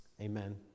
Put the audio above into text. Amen